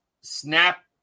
snap